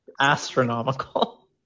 astronomical